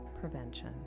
prevention